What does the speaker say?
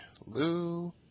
Lou